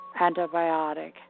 antibiotic